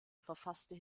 verfasste